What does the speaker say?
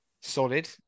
solid